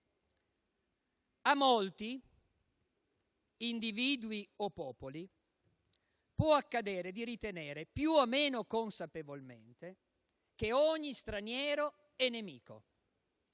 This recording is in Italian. «A molti, individui o popoli, può accadere di ritenere, più o meno inconsapevolmente, che "ogni straniero è nemico".